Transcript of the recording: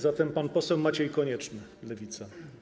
Zatem pan poseł Maciej Konieczny, Lewica.